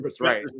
right